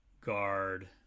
guard